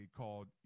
called